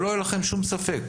שלא יהיה לכם שום ספק.